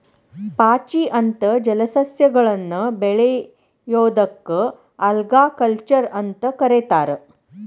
ಪಾಚಿ ಅಂತ ಜಲಸಸ್ಯಗಳನ್ನ ಬೆಳಿಯೋದಕ್ಕ ಆಲ್ಗಾಕಲ್ಚರ್ ಅಂತ ಕರೇತಾರ